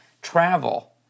travel